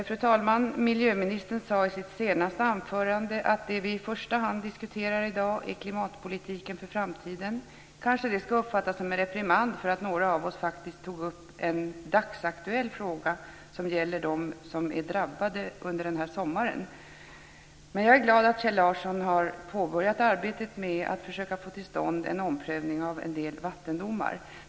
Fru talman! Miljöministern sade i sitt senaste anförande att det vi i första hand diskuterar i dag är klimatpolitiken för framtiden. Kanske det ska uppfattas som en reprimand för att några av oss tog upp en dagsaktuell fråga som gäller dem som är drabbade under den här sommaren. Jag är glad att Kjell Larsson har påbörjat arbetet med att försöka få till stånd en omprövning av en del vattendomar.